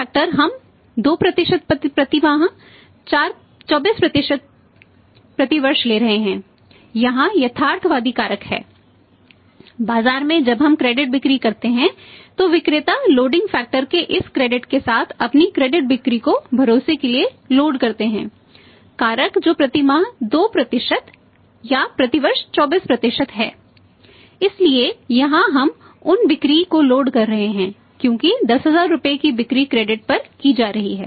फिर क्या होगा बेस प्राइस पर की जा रही है